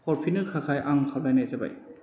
हरफिन्नो थाखाय आं खावलायनाय जाबाय